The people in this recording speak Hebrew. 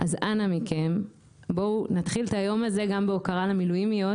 אז אנא מכם בואו נתחיל את היום הזה גם בהוקרה למילואימיות,